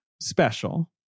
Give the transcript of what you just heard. special